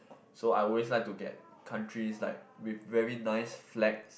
so I always like to get countries like with very nice flags